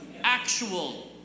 Actual